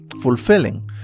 fulfilling